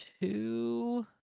two